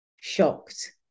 shocked